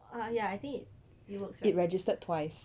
uh ya I think it it works right